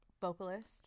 vocalist